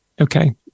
Okay